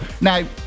Now